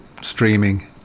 streaming